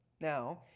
Now